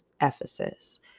Ephesus